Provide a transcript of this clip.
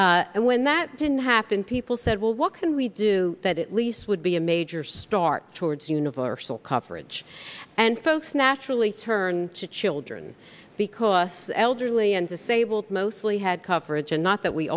again and when that didn't happen people said well what can we do that at least would be a major start towards universal coverage and folks naturally turn to children because the elderly and disabled mostly had coverage and not that we